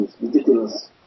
ridiculous